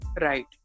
right